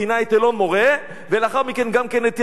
פינה את אלון-מורה ולאחר מכן גם כן את ימית.